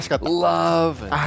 Love